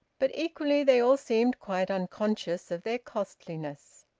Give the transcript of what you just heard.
but equally, they all seemed quite unconscious of their costliness.